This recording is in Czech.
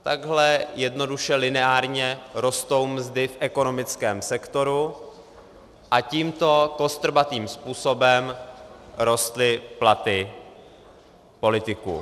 Takhle jednoduše lineárně rostou mzdy v ekonomickém sektoru a tímto kostrbatým způsobem rostly platy politiků.